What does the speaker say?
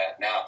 now